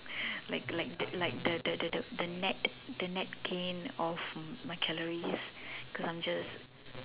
like like like the the the the net the net gain of my calories because I'm just